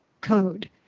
code